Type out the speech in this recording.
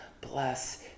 bless